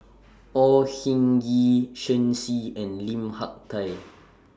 Au Hing Yee Shen Xi and Lim Hak Tai